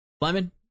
Lemon